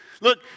Look